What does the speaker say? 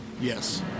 Yes